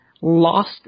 lost